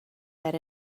that